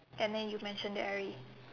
and then you mentioned airy